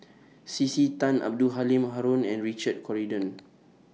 C C Tan Abdul Halim Haron and Richard Corridon